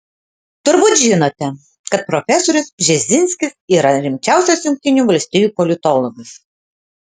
turbūt žinote kad profesorius bžezinskis yra rimčiausias jungtinių valstijų politologas